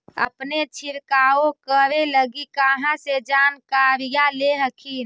अपने छीरकाऔ करे लगी कहा से जानकारीया ले हखिन?